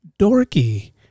dorky